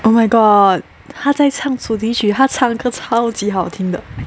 oh my god 他在唱主题曲他唱歌超级好听的